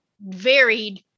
varied